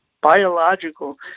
biological